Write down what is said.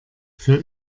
für